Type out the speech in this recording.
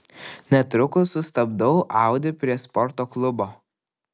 netrukus sustabdau audi prie sporto klubo